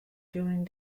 during